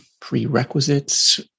prerequisites